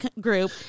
group